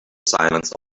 silence